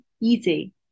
easy